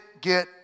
get